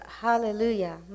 hallelujah